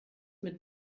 mit